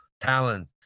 talent